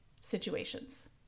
situations